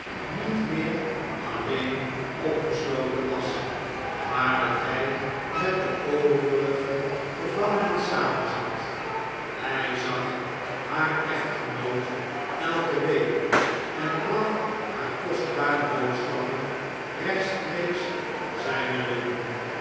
niet meer alleen opgesloten was maar dat hjj met de overige gevangenen samen zat hjj zag haar echtgenoot elke week en bracht haar kostbare boodschappen rechtstreeks van zijne lippen